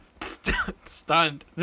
Stunned